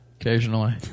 occasionally